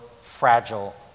fragile